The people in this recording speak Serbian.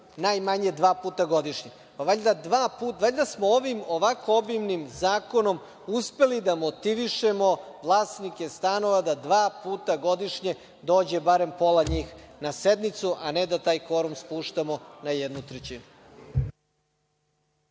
najmanje dva puta godišnje. Valjda smo ovim, ovako obimnim zakonom uspeli da motivišemo vlasnike stanova da dva puta godišnje dođu na sednicu, a ne da taj kvorum spuštamo na jednu trećinu.